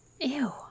Ew